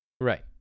Right